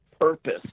purpose